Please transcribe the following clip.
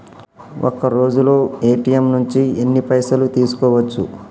ఒక్కరోజులో ఏ.టి.ఎమ్ నుంచి ఎన్ని పైసలు తీసుకోవచ్చు?